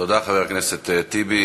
תודה, חבר הכנסת טיבי.